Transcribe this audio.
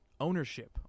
ownership